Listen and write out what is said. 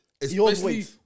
especially-